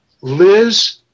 Liz